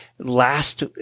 last